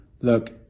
Look